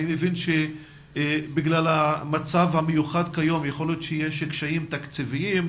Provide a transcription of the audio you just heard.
אני מבין שבגלל המצב המיוחד כיום יכול להיות שיש קשיים תקציביים.